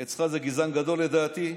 אצלך זה גזען גדול, לדעתי.